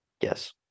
yes